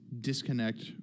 disconnect